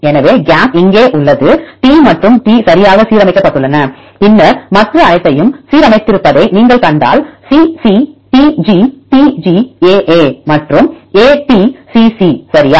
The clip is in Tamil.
எனவே கேப் இங்கே உள்ளது T மற்றும் T சரியாக சீரமைக்கப்பட்டுள்ளன பின்னர் மற்ற அனைத்தையும் சீரமைத்திருப்பதை நீங்கள் கண்டால் CC TG TG AA மற்றும் AT CC சரியா